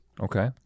Okay